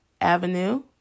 Avenue